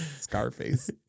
Scarface